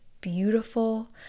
beautiful